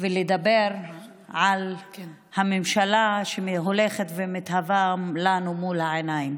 ולדבר על הממשלה שהולכת ומתהווה לנו מול העיניים,